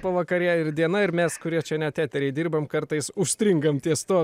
pavakarė ir diena ir mes kurie čia net eteryje dirbam kartais užstringam ties tuo